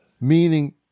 meaning